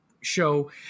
show